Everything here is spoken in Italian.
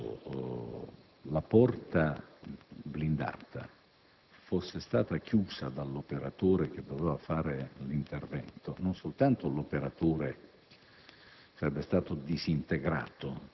ma se per caso la porta blindata fosse stata chiusa dall'operatore che doveva realizzare l'intervento, non soltanto costui